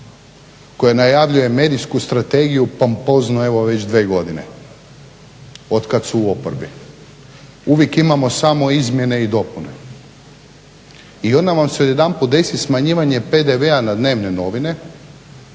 koja najavljuje medijsku strategiju pompozno evo već dvije godine otkada su u oporbi. Uvijek imamo samo izmjene i dopune. I onda vam se odjedanput desi smanjivanje PDV-a na dnevne novine,